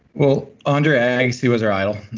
well, andre agassi was our idol.